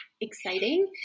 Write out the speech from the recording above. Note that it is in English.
exciting